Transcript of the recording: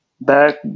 back